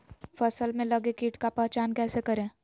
फ़सल में लगे किट का पहचान कैसे करे?